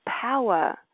power